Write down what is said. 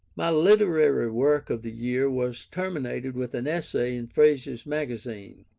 my literary work of the year was terminated with an essay in fraser's magazine